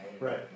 Right